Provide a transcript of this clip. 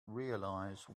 realize